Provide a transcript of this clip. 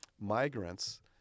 migrants